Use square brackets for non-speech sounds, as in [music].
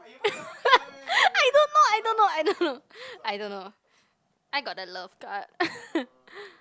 [laughs] I don't know I don't know I don't know I don't know I got the love card [laughs]